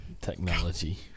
Technology